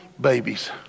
babies